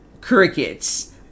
Crickets